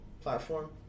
platform